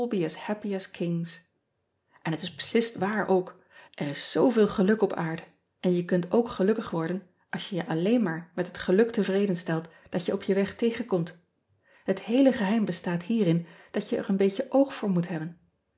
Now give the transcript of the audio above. n het is beslist waar ook r is zooveel geluk op aarde en je kunt ook gelukkig worden als je je alleen maar met het geluk tevreden stelt dat je op je weg tegenkomt et heele geheim bestaat hierin dat je er een beetje oog voor moet hebben